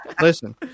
listen